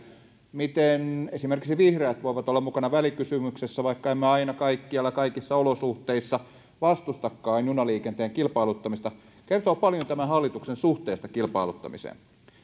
miten esimerkiksi vihreät voivat olla mukana välikysymyksessä vaikka emme aina kaikkialla ja kaikissa olosuhteissa vastustakaan junaliikenteen kilpailuttamista kertoo paljon tämän hallituksen suhteesta kilpailuttamiseen